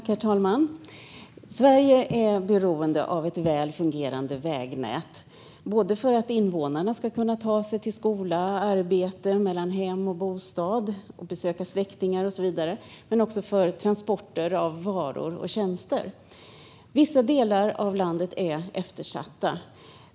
Herr talman! Sverige är beroende av ett väl fungerande vägnät, både för att invånarna ska kunna ta sig mellan hem, skola och arbete, kunna besöka släktingar med mera och för transporter av varor och tjänster. Vissa delar av landet är eftersatta.